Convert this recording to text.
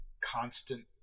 constant